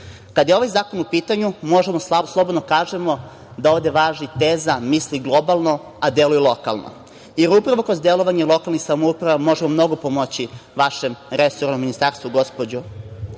je ovaj zakon u pitanju, možemo slobodno da kažemo da ovde važi teza – misli globalno a deluj lokalno. Jer, upravo kroz delovanje lokalnih samouprava možemo mnogo pomoći vašem resornom ministarstvu, gospođo